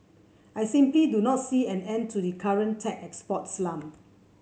I simply do not see an end to the current tech export slump